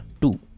two